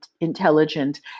intelligent